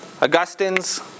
Augustine's